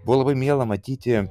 buvo labai miela matyti